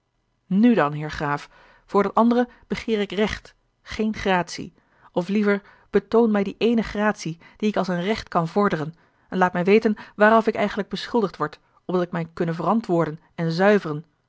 nu dan heer graaf voor dat andere begeer ik recht a l g bosboom-toussaint de delftsche wonderdokter eel geen gratie of liever betoon mij die eenige gratie die ik als een recht kan vorderen en laat mij weten waaraf ik eigenlijk beschuldigd wordt opdat ik mij kunne verantwoorden en zuiveren